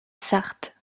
sarthe